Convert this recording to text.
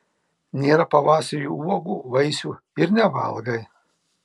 nėra pavasarį uogų vaisių ir nevalgai